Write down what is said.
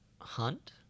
hunt